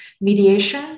mediation